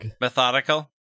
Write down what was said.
Methodical